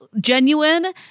genuine